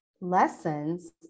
lessons